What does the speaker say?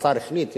השר החליט,